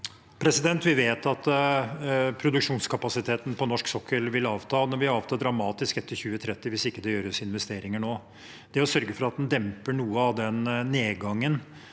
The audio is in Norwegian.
Vi vet at produk- sjonskapasiteten på norsk sokkel vil avta. Den vil avta dramatisk etter 2030 hvis det ikke gjøres investeringer nå. Det å sørge for at en demper noe av nedgangen